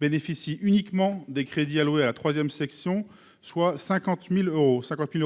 bénéficie uniquement des crédits alloués à la 3ème, section soit 50000 euros, sa copine